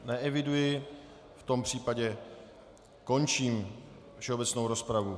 Neeviduji, v tom případě končím všeobecnou rozpravu.